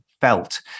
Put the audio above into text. felt